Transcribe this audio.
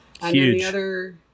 Huge